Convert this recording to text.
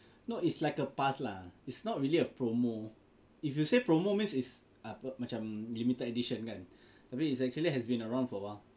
no it's like a pass lah it's not really a promo if you say promo means it's apa macam limited edition kan tapi it's actually has been around for awhile